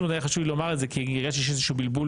פשוט היה חשוב לי לומר את זה כי הרגשתי שיש איזשהו בלבול